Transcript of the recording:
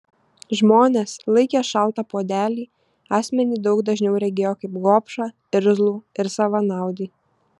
žmonės laikę šaltą puodelį asmenį daug dažniau regėjo kaip gobšą irzlų ir savanaudį